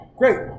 Great